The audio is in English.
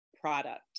product